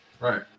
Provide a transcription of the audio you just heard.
Right